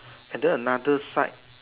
and then another side